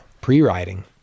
pre-riding